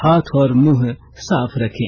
हाथ और मुंह साफ रखें